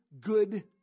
Good